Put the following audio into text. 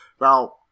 Now